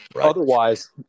Otherwise